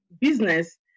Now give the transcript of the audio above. business